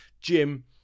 Jim